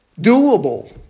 doable